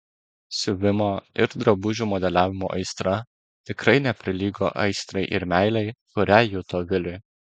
siuvimo ir drabužių modeliavimo aistra tikrai neprilygo aistrai ir meilei kurią juto viliui